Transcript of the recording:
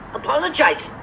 apologize